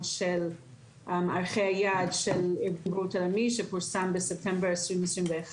של ערכי היעד של ארגון הבריאות העולמי שפורסם בספטמבר 2021,